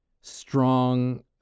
strong